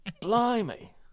Blimey